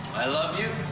i love you.